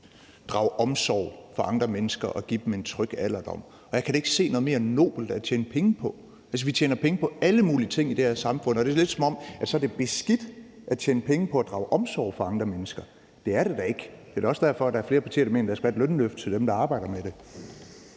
drage omsorg for andre mennesker og give dem en tryg alderdom. Jeg kan da ikke se noget mere nobelt at tjene penge på. Altså, vi tjener penge på alle mulige ting i det her samfund, og det lyder lidt, som om det er beskidt at tjene penge på at drage omsorg for andre mennesker. Det er det da ikke. Det er da også derfor, der er flere partier, der mener, at der skal være et lønløft til dem, der arbejder med det.